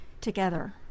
together